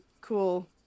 cool